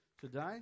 today